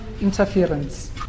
interference